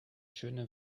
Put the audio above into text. schöne